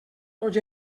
tots